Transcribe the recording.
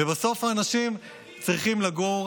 בסוף האנשים צריכים לגור